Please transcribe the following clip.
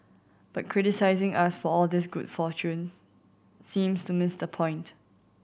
but criticising us for all this good fortune seems to miss the point